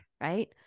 right